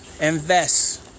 Invest